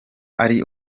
ari